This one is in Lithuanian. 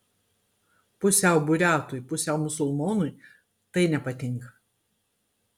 pusiau buriatui pusiau musulmonui tai nepatinka